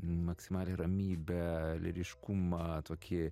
maksimalią ramybę lyriškumą tokį